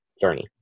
journey